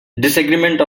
disagreements